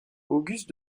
auguste